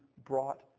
brought